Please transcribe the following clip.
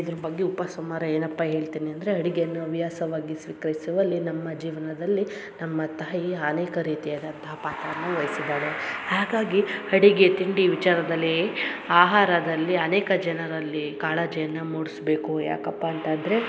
ಇದ್ರ ಬಗ್ಗೆ ಉಪಸಂಹಾರ ಏನಪ್ಪ ಹೇಳ್ತಿನಿ ಅಂದರೆ ಅಡಿಗೆಯನ್ನು ಹವ್ಯಾಸವಾಗಿ ಸ್ವೀಕರಿಸುವಲ್ಲಿ ನಮ್ಮ ಜೀವನದಲ್ಲಿ ನಮ್ಮ ತಾಯಿ ಅನೇಕ ರೀತಿಯಾದಂಥ ಪಾತ್ರವನ್ನ ವಯಿಸಿದ್ದಾಳೆ ಹಾಗಾಗಿ ಅಡಿಗೆ ತಿಂಡಿ ವಿಚಾರದಲ್ಲಿ ಆಹಾರದಲ್ಲಿ ಅನೇಕ ಜನರಲ್ಲಿ ಕಾಳಜಿಯನ್ನ ಮೂಡಿಸಬೇಕು ಯಾಕಪ್ಪ ಅಂತಂದರೆ